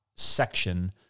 section